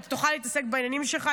ואתה תוכל להתעסק בעניינים שלך,